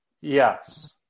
yes